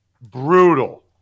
Brutal